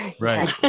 right